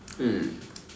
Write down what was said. hmm